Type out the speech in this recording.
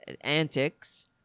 antics